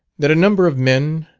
that a number of men,